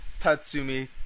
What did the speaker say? Tatsumi